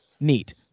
Neat